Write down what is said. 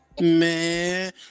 Man